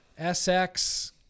SX